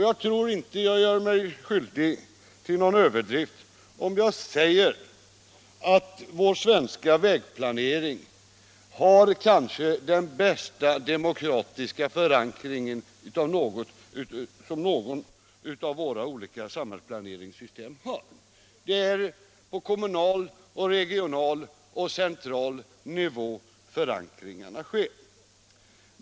Jag tror inte att jag gör mig skyldig till någon överdrift om jag säger att vår vägplanering har bättre demokratisk förankring än något av våra andra samhällsplaneringssystem. Det är på kommunal, regional och central nivå som förankringarna sker.